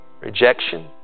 Rejection